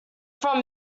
from